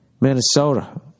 Minnesota